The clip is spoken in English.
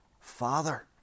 Father